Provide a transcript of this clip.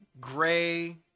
gray